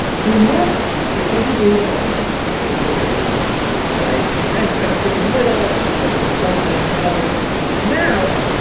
so in normal times, there are some people who want to lend and some people who want to borrow, right? and banks kind of sit in the middle, borrowing from some, lending to others now,